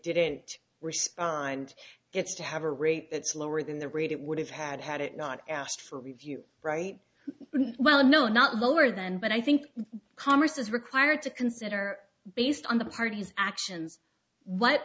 didn't respond gets to have a rate that's lower than the rate it would have had had it not asked for review right well no not lower then but i think congress is required to consider based on the party's actions what